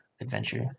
adventure